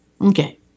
Okay